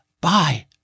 Bye